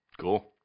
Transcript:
Cool